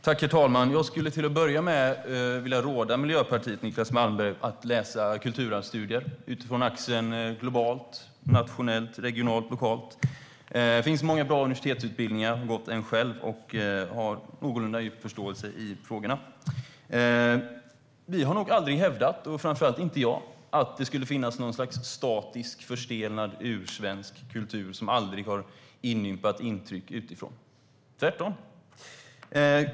Herr talman! Jag skulle till att börja med vilja råda Miljöpartiet och Niclas Malmberg att läsa kulturarvsstudier utifrån axeln globalt, nationellt, regionalt och lokalt. Det finns många bra universitetsutbildningar. Jag har själv gått en och har någorlunda förståelse för frågorna. Vi har nog aldrig hävdat, framför allt inte jag, att det skulle finnas något slags statisk och förstelnad ursvensk kultur som aldrig har inympat intryck utifrån - tvärtom.